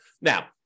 Now